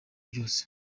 byose